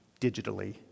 digitally